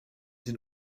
den